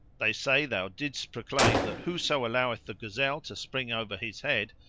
they say thou didst proclaim that whoso alloweth the gazelle to spring over his head,